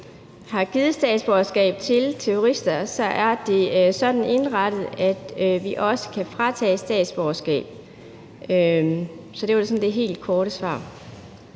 har givet statsborgerskab til terrorister, er det sådan, at vi også kan fratage statsborgerskab. Så det var sådan det helt korte svar.